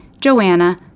Joanna